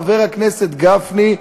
חבר הכנסת גפני,